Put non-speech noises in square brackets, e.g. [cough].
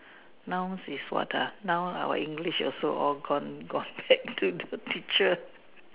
nouns is what ah now our English also all gone gone [noise] back to the teacher